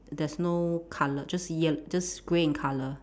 there's no colour just yel~ just grey in colour